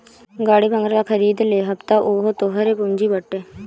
गाड़ी बंगला खरीद लेबअ तअ उहो तोहरे पूंजी बाटे